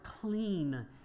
clean